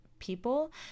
people